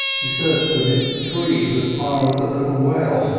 he searched amidst the trees as far as the little well,